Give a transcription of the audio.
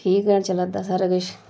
ठीक ऐ चला दा सारा किश